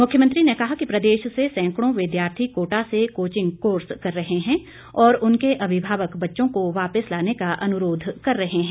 मुख्यमंत्री ने कहा कि प्रदेश से सैंकड़ों विद्यार्थी कोटा से कोचिंग कोर्स कर रहें है और उनके अभिभावक बच्चों को वापिस लाने का अनुरोध कर रहें है